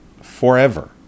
forever